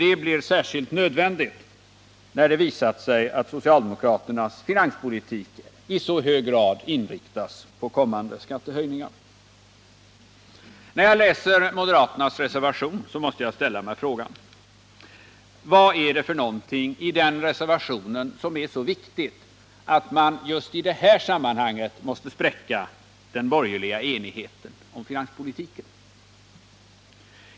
Detta blir särskilt nödvändigt sedan det visat sig att socialdemokraternas finanspolitik i så hög grad inriktas på kommande skattehöjningar. När jag läser moderaternas reservation måste jag ställa mig frågan: Vad är det för någonting i den reservationen som är så viktigt att man i just det här sammanhanget måste spräcka den borgerliga enigheten om finanspolitiken?